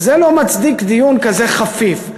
זה לא מצדיק דיון כזה חפיף.